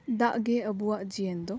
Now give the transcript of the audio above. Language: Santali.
ᱫᱟᱜ ᱜᱮ ᱟᱵᱚᱣᱟᱜ ᱡᱤᱭᱚᱱ ᱫᱚ